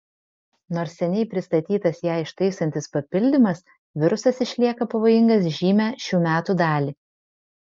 nors seniai pristatytas ją ištaisantis papildymas virusas išlieka pavojingas žymią šių metų dalį